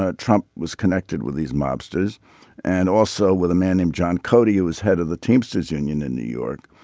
ah trump was connected with these mobsters and also with a man named john cody who was head of the teamsters union in new york.